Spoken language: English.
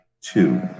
two